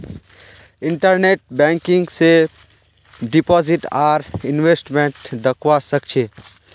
internet banking स deposit आर investment दख्वा स ख छ